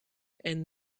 and